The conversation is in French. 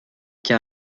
cas